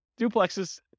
duplexes